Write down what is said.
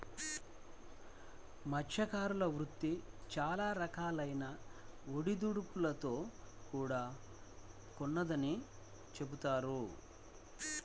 మత్స్యకార వృత్తి చాలా రకాలైన ఒడిదుడుకులతో కూడుకొన్నదని చెబుతున్నారు